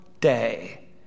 day